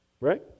Right